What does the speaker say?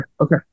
okay